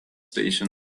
station